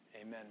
amen